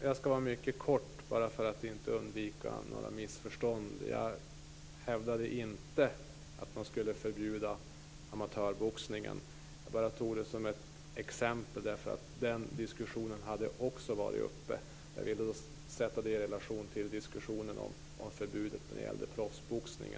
Fru talman! För att undvika missförstånd vill jag påpeka att jag inte hävdade att man skulle förbjuda amatörboxningen. Jag tog det bara som ett exempel, därför att den diskussionen hade också varit uppe. Jag ville sätta det i relation till diskussionen om förbudet mot proffsboxning.